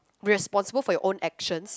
responsible for your own action